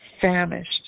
famished